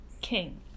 king